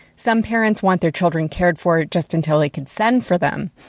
some parents want their children cared for just until they can send for them.